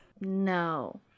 no